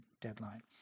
deadline